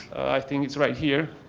i think it is right here,